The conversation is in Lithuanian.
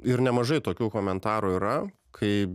ir nemažai tokių komentarų yra kai